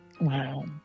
Wow